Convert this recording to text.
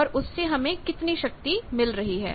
और उससे हमें कितनी शक्ति मिल रही है